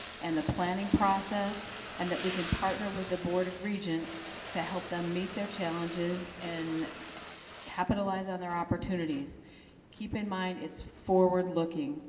and the planning process and that we can partner with the board of regents to help them meet their challenges and capitalize on their opportunities keep in mind. it's forward-looking.